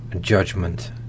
judgment